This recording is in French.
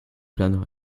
plaindre